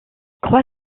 croit